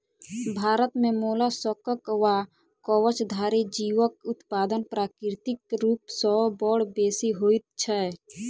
भारत मे मोलास्कक वा कवचधारी जीवक उत्पादन प्राकृतिक रूप सॅ बड़ बेसि होइत छै